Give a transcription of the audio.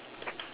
ya